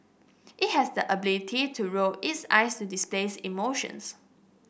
it has the ability to roll its eyes to displays emotions